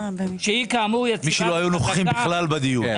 שלא היו נוכחים בכלל בדיון.